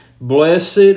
Blessed